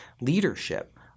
leadership